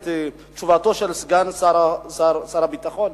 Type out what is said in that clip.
לשמוע את תשובתו של סגן שר הביטחון.